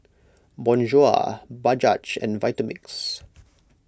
Bonjour Bajaj and Vitamix